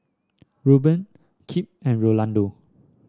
Rueben Kip and Rolando